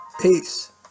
Peace